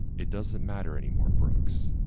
it doesn't matter anymore, brooks.